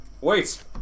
Wait